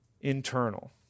internal